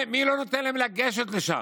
מי לא נותן להם לגשת לשם?